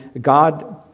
God